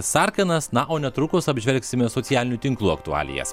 sarkanas na o netrukus apžvelgsime socialinių tinklų aktualijas